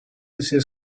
sia